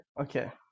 Okay